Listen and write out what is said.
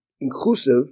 inclusive